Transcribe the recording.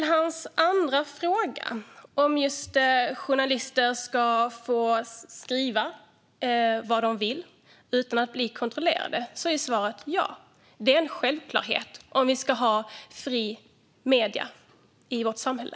På hans andra fråga, om journalister ska få skriva vad de vill utan att bli kontrollerade, är svaret ja. Det är en självklarhet om vi ska ha fria medier i vårt samhälle.